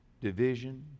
division